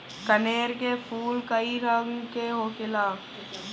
कनेर के फूल कई रंग के होखेला